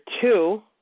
two